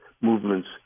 movements